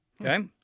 okay